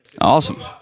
Awesome